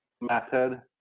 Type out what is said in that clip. method